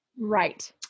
Right